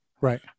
Right